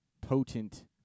potent